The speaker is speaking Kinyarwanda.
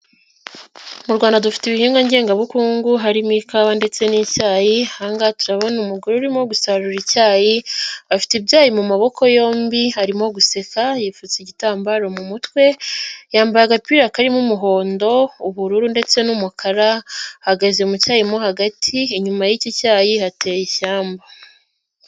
Mu Rwanda dufite ibihingwa ngengabukungu harimo ikawa ndetse n'icyayi, ahangaha turabona umugore urimo gusarura icyayi afite ibyayi mu maboko yombi arimo guseka, yipfutse igitambaro mu mutwe, yambaye agapira karimo umuhondo, ubururu, ndetse n'umukara ahagaze mu cyayi mo hagati inyuma yiki cyayi hateye ishyamba.